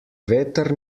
veter